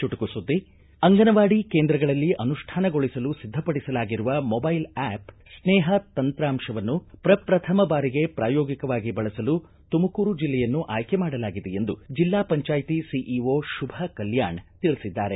ಚುಟುಕು ಸುದ್ದಿ ಅಂಗನವಾಡಿ ಕೇಂದ್ರಗಳಲ್ಲಿ ಅನುಷ್ಠಾನಗೊಳಿಸಲು ಸಿದ್ಧಪಡಿಸಲಾಗಿರುವ ಮೊಬೈಲ್ ಆ್ಕಪ್ ಸ್ನೇಹ ತಂತ್ರಾಂಶವನ್ನು ಪ್ರಪ್ರಥಮ ಬಾರಿಗೆ ಪ್ರಾಯೋಗಿಕವಾಗಿ ಬಳಸಲು ತುಮಕೂರು ಜಿಲ್ಲೆಯನ್ನು ಆಯ್ಕೆ ಮಾಡಲಾಗಿದೆ ಎಂದು ಜಿಲ್ಲಾ ಪಂಚಾಯ್ತಿ ಸಿಇಓ ಶುಭಾ ಕಲ್ಕಾಣ್ ತಿಳಿಸಿದ್ದಾರೆ